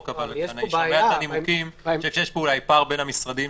אבל אני חושב שיש פה אולי פער בין המשרדים